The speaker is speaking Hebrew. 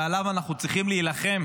ועליו אנחנו צריכים להילחם